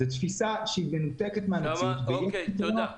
זו תפיסה שהיא מנותקת מהמציאות ויש לשנותה.